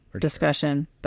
discussion